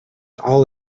all